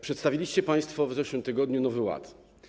Przedstawiliście państwo w zeszłym tygodniu Nowy Ład.